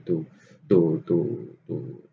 to to to to